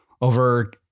over